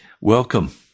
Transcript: Welcome